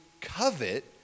covet